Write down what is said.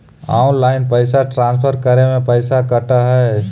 Online पैसा transfer करे में पैसा कटा है?